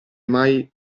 mai